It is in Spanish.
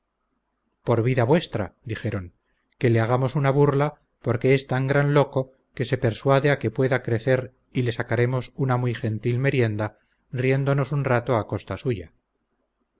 por vida vuestra dijeron que le hagamos una burla porque es tan gran loco que se persuade a que pueda crecer y le sacaremos una muy gentil merienda riéndonos un rato a costa suya